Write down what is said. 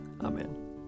Amen